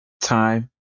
time